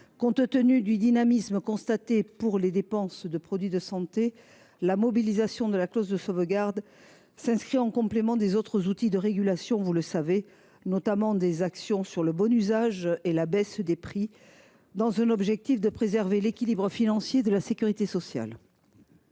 Compte tenu du dynamisme constaté pour les dépenses de produits de santé, la mobilisation de la clause de sauvegarde s’inscrit en complément des autres outils de régulation, notamment les actions sur le bon usage et la baisse des prix dans l’objectif de préserver l’équilibre financier de la sécurité sociale.